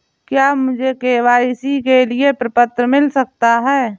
क्या मुझे के.वाई.सी के लिए प्रपत्र मिल सकता है?